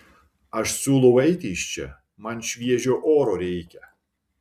aš siūlau eiti iš čia man šviežio oro reikia